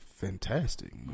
fantastic